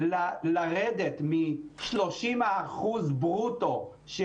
זה לא באמת היה מיקוד של 30%, בנטו זה